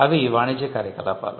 అవి వాణిజ్య కార్యకలాపాలు